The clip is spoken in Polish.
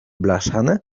blaszane